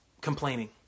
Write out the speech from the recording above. complaining